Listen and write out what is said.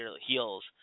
heals